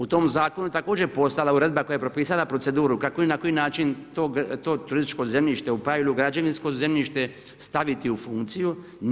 U tom zakonu je također postojala uredba koja je propisala proceduru kako i na koji način to turističko zemljište, u pravilu građevinsko zemljište staviti u funkciju.